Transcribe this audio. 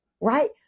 Right